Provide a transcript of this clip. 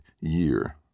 year